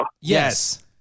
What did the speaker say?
Yes